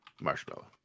Marshmallow